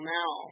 now